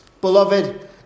Beloved